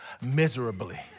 miserably